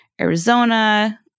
Arizona